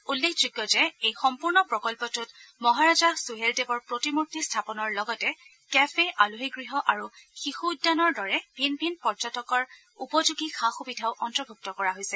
উল্লেখযোগ্য যে এই সম্পূৰ্ণ প্ৰকল্পটোত মহাৰাজা সুহেলদেৱৰ প্ৰতিমূৰ্তি স্থাপনৰ লগতে কেফে আলহী গৃহ আৰু শিশু উদ্যানৰ দৰে ভিন ভিন পৰ্যটকৰ উপযোগী সা সুবিধা অন্তৰ্ভুক্ত কৰা হৈছে